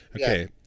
Okay